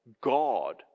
God